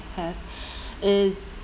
have is